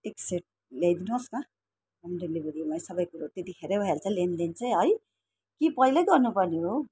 एक सेट ल्याइदिनुहोस् न होम डिलिभरीमै सबैकुरो त्यतिखेरै भइहाल्छ लेनदेन चाहिँ है कि पहिल्यै गर्नुपर्ने हो